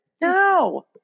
No